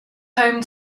home